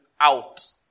out